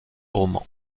romans